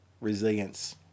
Resilience